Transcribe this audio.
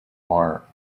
are